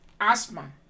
asthma